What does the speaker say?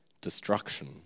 destruction